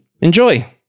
Enjoy